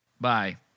bye